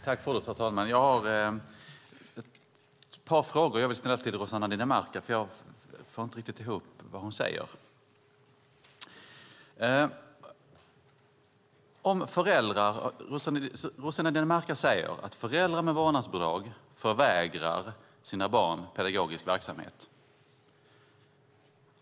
Herr talman! Jag har ett par frågor som jag vill ställa till Rossana Dinamarca, för jag får inte riktigt ihop vad hon säger. Rossana Dinamarca säger att föräldrar med vårdnadsbidrag förvägrar sina barn pedagogisk verksamhet.